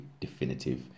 definitive